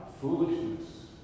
foolishness